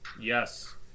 Yes